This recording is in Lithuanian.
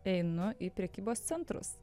einu į prekybos centrus